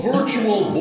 Virtual